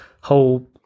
whole